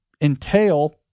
entail